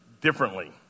differently